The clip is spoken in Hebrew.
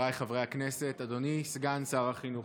חבריי חברי הכנסת, אדוני סגן שר החינוך,